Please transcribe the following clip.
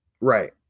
Right